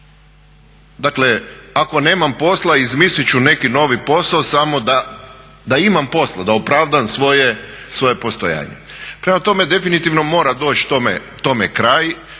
Dakle, ako nemam posla izmislit ću neki novi posao samo da imam posla, da opravdam svoje postojanje. Prema tome, definitivno mora doći tome kraj,